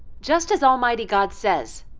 just as almighty god says,